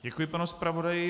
Děkuji panu zpravodaji.